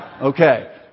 Okay